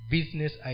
Business